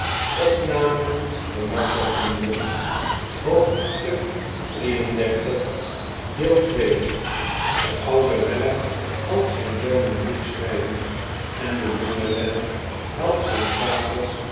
ofdstuk xxxiii de oude weller helpt zijn zoon een brief schrijven en de jonge weller helpt zijn vader